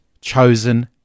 Chosen